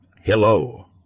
hello